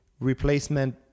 replacement